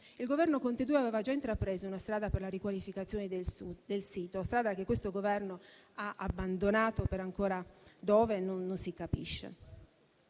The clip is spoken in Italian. Il Governo Conte II aveva già intrapreso una strada per la riqualificazione del sito; una strada che questo Governo ha abbandonato, e non si capisce